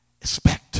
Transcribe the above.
Expect